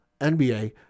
NBA